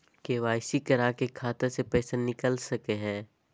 KYC करा के खाता से पैसा निकल सके हय?